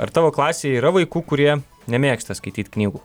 ar tavo klasėj yra vaikų kurie nemėgsta skaityt knygų